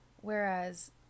whereas